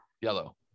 yellow